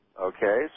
Okay